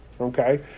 Okay